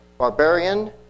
Barbarian